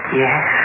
yes